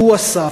והוא עשה,